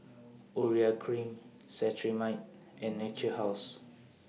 Urea Cream Cetrimide and Natura House